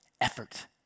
effort